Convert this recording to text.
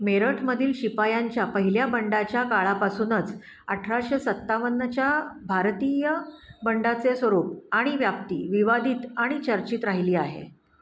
मेरठमधील शिपायांच्या पहिल्या बंडाच्या काळापासूनच अठराशे सत्तावन्नच्या भारतीय बंडाचे स्वरूप आणि व्याप्ती विवादित आणि चर्चित राहिली आहे